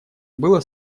было